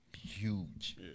huge